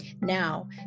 Now